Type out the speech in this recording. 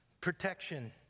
protection